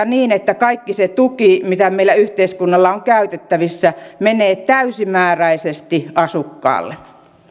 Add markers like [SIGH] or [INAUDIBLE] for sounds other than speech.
[UNINTELLIGIBLE] niin että kaikki se tuki mitä meillä yhteiskunnalla on käytettävissä menee täysimääräisesti asukkaalle